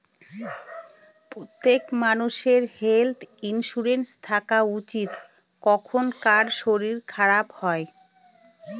প্রত্যেক মানষের health insurance থাকা উচিত, কখন কার শরীর খারাপ হয়